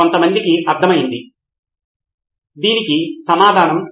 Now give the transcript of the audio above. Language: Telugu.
కాబట్టి ఈ అంశంపై మంచి అవగాహన కలిగి ఉండటానికి వారికి అనువైన పరిస్థితి ఏమిటి